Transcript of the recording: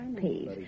Please